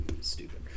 Stupid